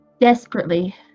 desperately